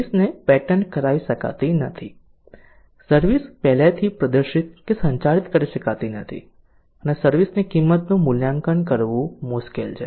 service ને patent કરાવી શકાતી નથી સર્વિસ સહેલાઈથી પ્રદર્શિત કે સંચારિત કરી શકાતી નથી અને સર્વિસ ની કીમત નું મુલ્યાંકન કરવું મુશ્કેલ છે